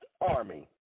army